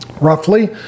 roughly